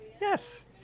yes